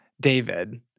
David